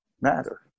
matter